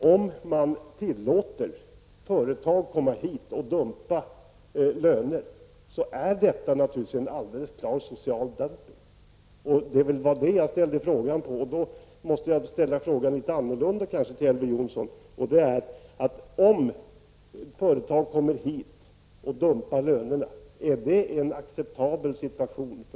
Om man tillåter företag att komma hit och dumpa löner, innebär detta helt klart en social dumpning. Jag ställde en fråga om detta, men jag måste tydligen formulera frågan till Elver Jonsson på ett annorlunda sätt. Om företag kommer hit och dumpar lönerna, är det en acceptabel situation för